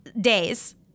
days